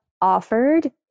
offered